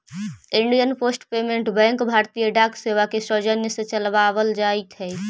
Indian Post Payment Bank भारतीय डाक सेवा के सौजन्य से चलावल जाइत हइ